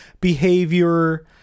behavior